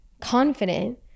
confident